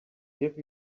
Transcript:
give